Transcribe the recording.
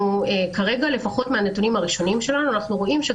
מהנתונים הראשונים אנחנו רואים,